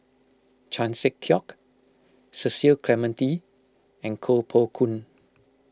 Chan Sek Keong Cecil Clementi and Koh Poh Koon